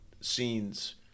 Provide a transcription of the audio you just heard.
scenes